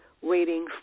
waiting